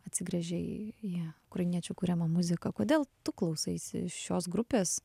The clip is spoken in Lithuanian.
atsigręžė į ją ukrainiečių kuriamą muziką kodėl tu klausaisi šios grupės